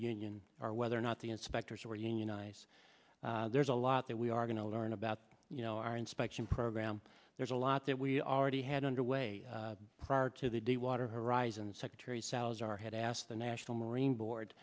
union or whether or not the inspectors were unionized there's a lot that we are going to learn about you know our inspection program there's a lot that we already had underway prior to the deepwater horizon and secretary salazar had asked the national marine board